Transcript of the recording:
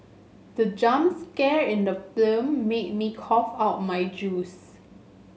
the jump scare in the film made me cough out my juice